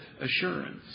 assurance